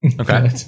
Okay